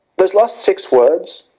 those last six words,